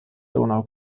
donau